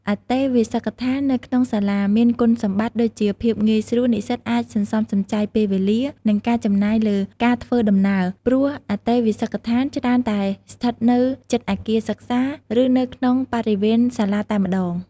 អន្តេវាសិកដ្ឋាននៅក្នុងសាលាមានគុណសម្បត្តិ ដូចជា ភាពងាយស្រួល និស្សិតអាចសន្សំសំចៃពេលវេលា និងការចំណាយលើការធ្វើដំណើរ ព្រោះអន្តេវាសិកដ្ឋានច្រើនតែស្ថិតនៅជិតអគារសិក្សា ឬនៅក្នុងបរិវេណសាលាតែម្ដង។